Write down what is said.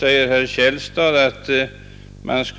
Herr Källstad menar att